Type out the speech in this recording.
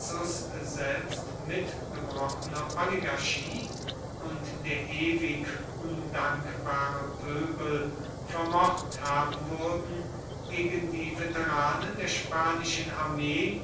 selbst mitgebrochene oligarchie und der ewig undankbare pöbel vermocht haben würden gegen die veteranen der spanischen armee